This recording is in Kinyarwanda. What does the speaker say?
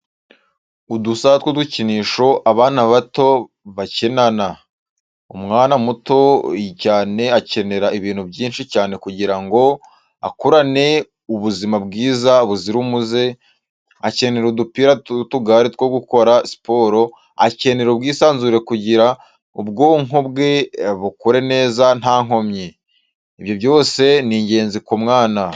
Udusaha tw'udukinisho abana bato bakinana. Umwana muto cyane akenera ibintu byinshi cyane kugira ngo akurane ubuzima bwiza buzira umuze, akenera adupira n'utugare two gukora siporo, akenera ubwisanzure kugira ubwonko bwe bukure neza nta nkomyi. Ibyo byose ni ingenzi ku mwana.